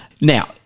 Now